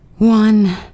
One